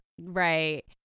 right